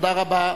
תודה רבה.